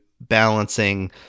balancing